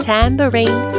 Tambourine